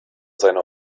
seine